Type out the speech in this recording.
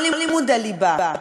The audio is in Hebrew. לא לימודי ליבה,